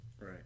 Right